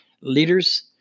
leaders